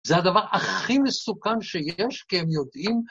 זה הדבר הכי מסוכן שיש, כי הם יודעים...